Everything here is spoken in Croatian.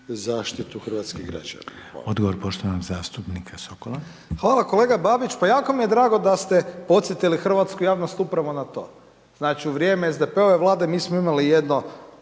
zastupnika Sokola. **Sokol, Tomislav (HDZ)** Hvala kolega Babić, pa jako mi je drago da ste podsjetili hrvatsku javnost upravo na to. Znači, u vrijeme SDP-ove Vlade mi smo imali jedno,